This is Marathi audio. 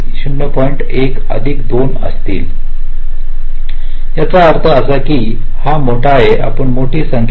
1 अधिक 2 असतील याचा अर्थ असा की हा मोठा आहे आपण मोठी संख्या 3